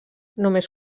només